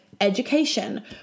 education